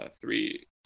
three